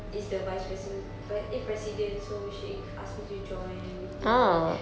is the vice president but eh president so she asked me to join the team